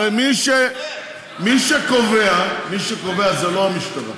הרי מי שקובע זה לא המשטרה.